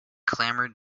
clamored